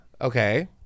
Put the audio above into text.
Okay